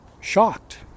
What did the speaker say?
shocked